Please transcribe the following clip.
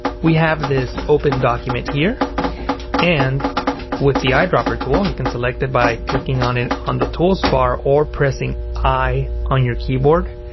we have this open document here and with the eyedropper tool, you can select it by clicking on it on the tools bar or pressing i on your keyboard,